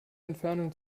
entfernung